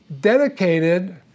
dedicated